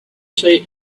say